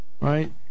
right